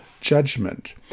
judgment